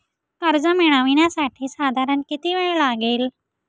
कर्ज मिळविण्यासाठी साधारण किती वेळ लागेल?